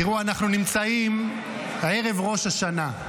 תראו, אנחנו נמצאים ערב ראש השנה.